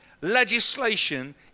legislation